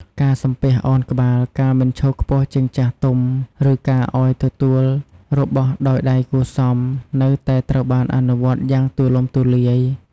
ការ សំពះ ឱនក្បាល ការមិនឈរខ្ពស់ជាងចាស់ទុំ ឬការឲ្យទទួលរបស់ដោយដៃគួរសម នៅតែត្រូវបានអនុវត្តយ៉ាងទូលំទូលាយ។